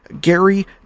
gary